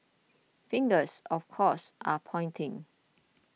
fingers of course are pointing